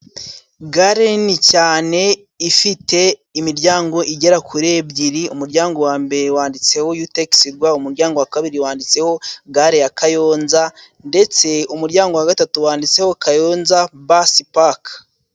Gare nini cyane ifite imiryango igera kuri ebyiri，umuryango wa mbere wanditseho yutegisiirwa，umuryango wa kabiri wanditseho gare ya Kayonza， ndetse umuryango wa gatatu wanditseho Kayonza basi paka.